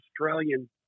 Australian